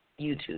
YouTube